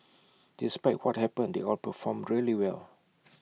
despite what happened they all performed really well